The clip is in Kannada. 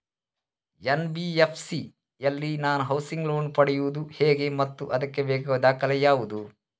ಎನ್.ಬಿ.ಎಫ್.ಸಿ ಯಲ್ಲಿ ನಾನು ಹೌಸಿಂಗ್ ಲೋನ್ ಪಡೆಯುದು ಹೇಗೆ ಮತ್ತು ಅದಕ್ಕೆ ಬೇಕಾಗುವ ದಾಖಲೆ ಯಾವುದು?